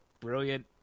brilliant